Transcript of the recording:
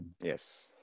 Yes